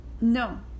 No